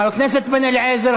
חבר הכנסת בן-אליעזר,